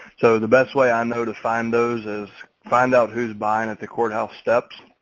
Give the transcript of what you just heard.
so the best way i know to find those is find out who's buying at the courthouse steps,